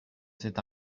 cet